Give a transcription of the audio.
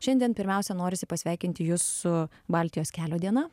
šiandien pirmiausia norisi pasveikinti jus su baltijos kelio diena